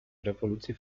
rewolucji